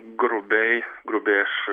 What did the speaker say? grubiai grubiai aš